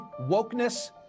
wokeness